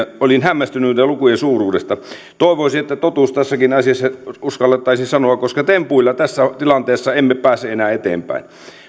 olin hämmästynyt noiden lukujen suuruudesta toivoisin että totuus tässäkin asiassa uskallettaisiin sanoa koska tempuilla tässä tilanteessa emme pääse enää eteenpäin